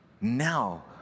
Now